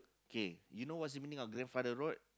K you know what's the meaning of grandfather road